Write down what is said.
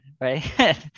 right